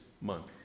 month